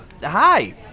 hi